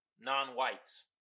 non-whites